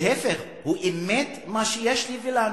להיפך: הוא אימת מה שיש לי ולנו.